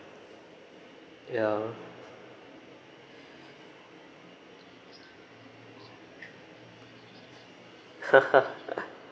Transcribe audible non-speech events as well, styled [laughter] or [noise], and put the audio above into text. ya [laughs]